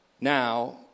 now